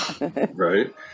right